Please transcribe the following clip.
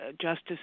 justice